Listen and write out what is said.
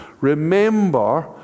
Remember